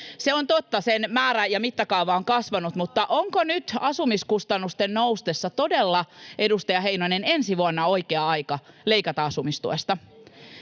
se on totta, sen määrä ja mittakaava ovat kasvaneet, mutta onko nyt asumiskustannusten noustessa todella, edustaja Heinonen, ensi vuonna oikea aika leikata asumistuesta?